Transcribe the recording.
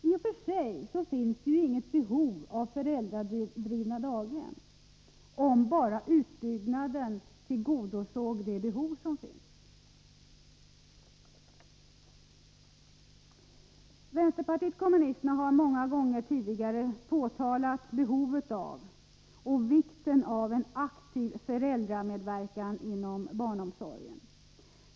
I och för sig finns det ju inget behov av föräldradrivna daghem, om bara utbyggnaden tillgodoser de behov som finns. Vänsterpartiet kommunisterna har många gånger tidigare påtalat behovet och vikten av en aktiv föräldramedverkan inom barnomsorgen.